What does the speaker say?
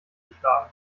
geschlagen